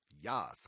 Yas